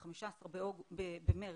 ב-15 במרץ,